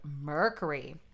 Mercury